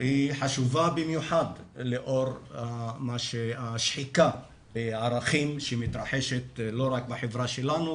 והיא חשובה במיוחד לאור השחיקה בערכים שמתרחשת לא רק בחברה שלנו,